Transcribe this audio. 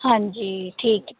ਹਾਂਜੀ ਠੀਕ